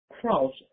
cross